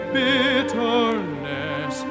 bitterness